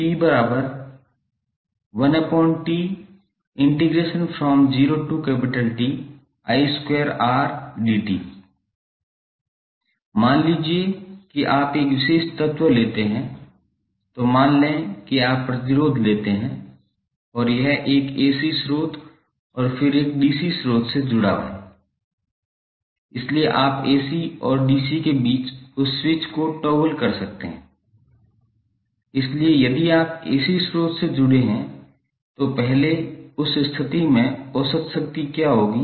𝑃 मान लीजिए कि आप एक विशेष तत्व लेते हैं तो मान लें कि आप प्रतिरोध लेते हैं और यह एक AC स्रोत और फिर एक DC स्रोत से जुड़ा होता है इसलिए आप AC और DC के बीच उस स्विच को टॉगल कर सकते हैं इसलिए यदि आप AC स्रोत से जुड़ रहे हैं तो पहले उस स्थिति में औसत शक्ति क्या होगी